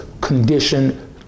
condition